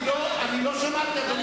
אני שמעתי אותך.